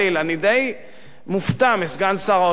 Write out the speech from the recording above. אני די מופתע מסגן שר האוצר,